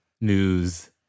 news